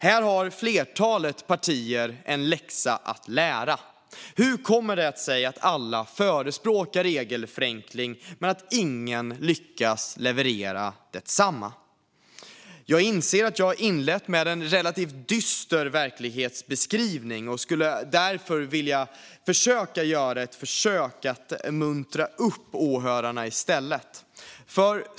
Här har flertalet partier en läxa att lära. Hur kommer det sig att alla förespråkar regelförenkling men att ingen lyckats leverera densamma? Jag inser att jag har inlett med en relativt dyster verklighetsbeskrivning och skulle därför vilja göra ett försök att muntra upp åhörarna i stället.